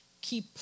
keep